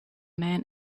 man